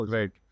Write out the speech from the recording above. right